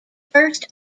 first